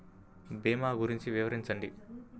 భీమా గురించి వివరించండి?